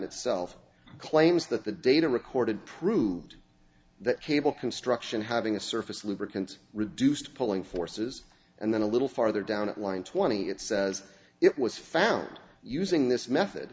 itself claims that the data recorded proved that cable construction having a surface lubricants reduced pulling forces and then a little farther down at line twenty it says it was found using this method